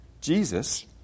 Jesus